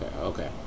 okay